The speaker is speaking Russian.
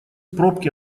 пробки